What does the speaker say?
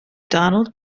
donald